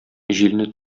җилне